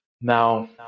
Now